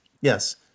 yes